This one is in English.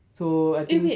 so I think